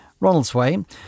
Ronaldsway